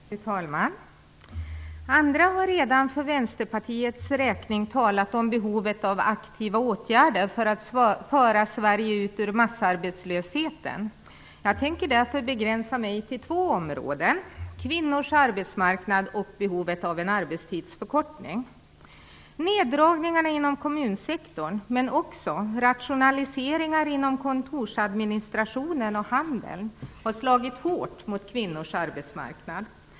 Fru talman! Andra har redan för Vänsterpartiets räkning talat om behovet av aktiva åtgärder för att föra Sverige ut ur massarbetslösheten. Jag tänker därför begränsa mig till två områden: kvinnors arbetsmarknad och behovet av en arbetstidsförkortning. Neddragningarna inom kommunsektorn men också rationaliseringar inom kontorsadministrationen och handeln har slagit hårt mot kvinnors arbetsmarknad.